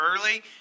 early